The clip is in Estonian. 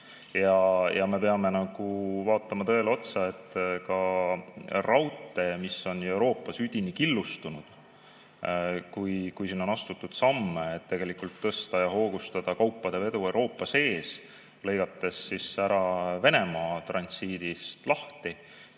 Me peame vaatama tõele otsa, et ka raudtee on Euroopas üdini killustunud. Kui siin on astutud samme, et tegelikult hoogustada kaupade vedu Euroopa sees, lõigates Venemaa transiidist lahti,